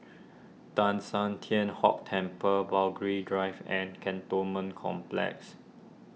Teng San Tian Hock Temple Burghley Drive and Cantonment Complex